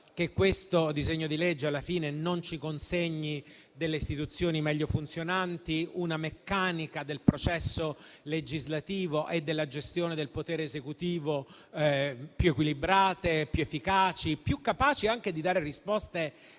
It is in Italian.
che questo disegno di legge, alla fine, non ci consegni delle istituzioni meglio funzionanti e una meccanica del processo legislativo e della gestione del potere esecutivo più equilibrata, più efficace, più capace anche di dare risposte brevi